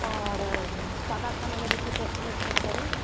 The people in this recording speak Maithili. आओर सादा खानामे भी किछु एस्टिमेट राखि देबै